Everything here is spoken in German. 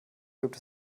gibt